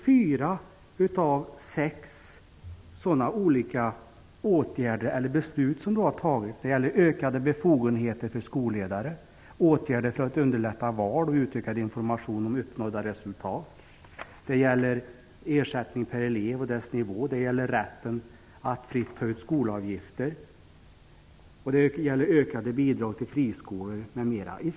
Man har fattat beslut om ökade befogenheter för skolledare, åtgärder för att underlätta val, utökad information om uppnådda resultat, ersättningen per elev och dess nivå, rätten att fritt ta ut skolavgifter och ökade bidrag till friskolor m.m.